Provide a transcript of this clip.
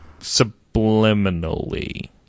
Subliminally